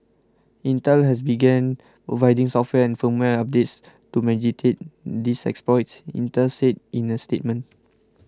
Intel has began providing software and firmware updates to mitigate these exploits Intel said in a statement